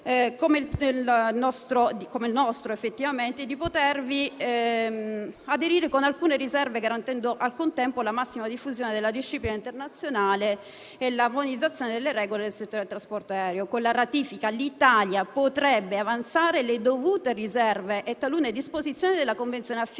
come il nostro di potervi aderire con alcune riserve garantendo, al contempo, la massima diffusione della disciplina internazionale e l'armonizzazione delle regole nel settore del trasporto aereo. Con la ratifica, l'Italia potrebbe avanzare le dovute riserve a talune disposizioni della convenzione affinché